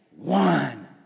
One